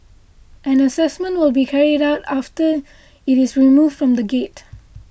an assessment will be carried out after it is removed from the gate